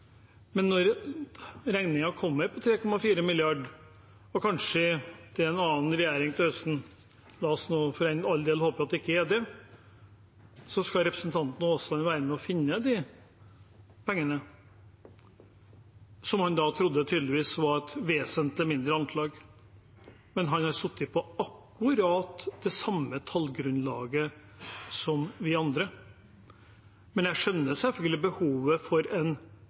Men når regningen kommer på 3,4 mrd. kr, og det kanskje er en annen regjering til høsten – la oss nå for all del håpe at det ikke er det – så skal representanten Aasland være med og finne de pengene som han tydeligvis trodde var et vesentlig mindre anslag. Men han har sittet på akkurat det samme tallgrunnlaget som vi andre. Jeg skjønner selvfølgelig behovet for en